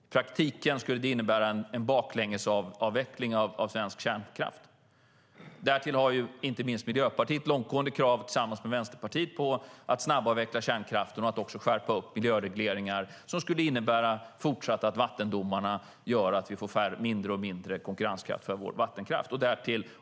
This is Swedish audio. I praktiken skulle det innebära en baklängesavveckling av svensk kärnkraft. Därtill har inte minst Miljöpartiet tillsammans med Vänsterpartiet långtgående krav på att snabbavveckla kärnkraften och att också skärpa miljöregleringar, vilket skulle innebära att vattendomarna fortsatt gör att vi får mindre och mindre konkurrenskraft för vår vattenkraft.